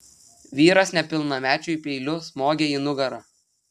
vyras nepilnamečiui peiliu smogė į nugarą